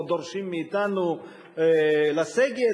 או דורשים מאתנו לסגת,